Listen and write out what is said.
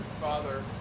father